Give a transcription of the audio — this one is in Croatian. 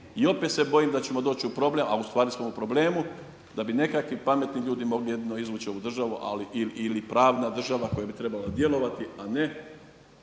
i opet se bojim da ćemo doći u problem, a u stvari smo u problemu da bi nekakvi pametni ljudi mogli jedino izvući ovu državu ili pravna država koja bi trebala djelovati, a ne